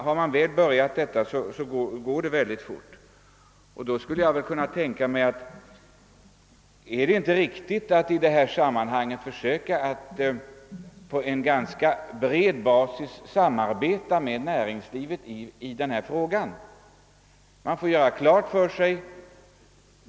Har man väl börjat på detta sätt går utvecklingen fort och jag skulle tänka mig att det i detta sammanhang vore riktigt att samarbeta med näringslivet på en ganska bred basis.